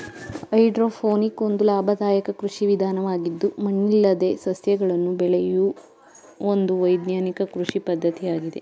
hydroponic ಒಂದು ಲಾಭದಾಯಕ ಕೃಷಿ ವಿಧಾನವಾಗಿದ್ದು ಮಣ್ಣಿಲ್ಲದೆ ಸಸ್ಯಗಳನ್ನು ಬೆಳೆಯೂ ಒಂದು ವೈಜ್ಞಾನಿಕ ಕೃಷಿ ಪದ್ಧತಿಯಾಗಿದೆ